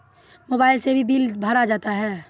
Mobile से भी bill भरा जाता हैं?